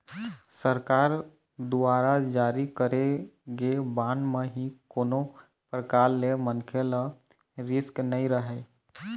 सरकार दुवारा जारी करे गे बांड म ही कोनो परकार ले मनखे ल रिस्क नइ रहय